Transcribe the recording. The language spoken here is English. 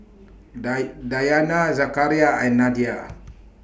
dye Dayana Zakaria and Nadia